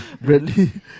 Bradley